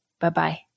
Bye-bye